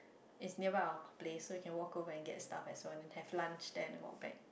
it's nearby our place so you can walk go and get stuff as well as have lunch then walk back